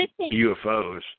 UFOs